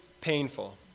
painful